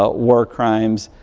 ah war crimes,